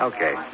Okay